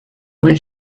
when